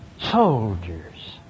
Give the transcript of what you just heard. soldiers